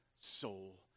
soul